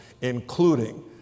including